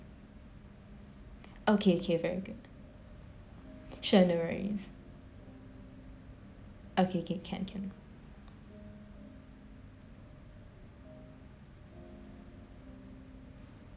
okay okay very good sure no worries okay K can can